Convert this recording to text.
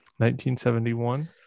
1971